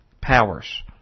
powers